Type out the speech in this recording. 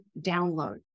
download